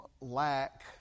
lack